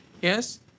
yes